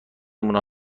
نمونه